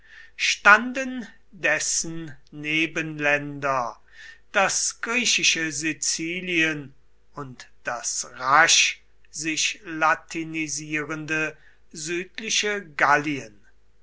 standen dessen nebenländer das griechische sizilien und das rasch sich latinisierende südliche gallien